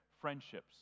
friendships